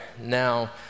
now